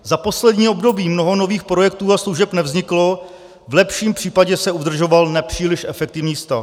Za poslední období mnoho nových projektů a služeb nevzniklo, v lepším případě se udržoval nepříliš efektivní stav.